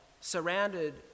surrounded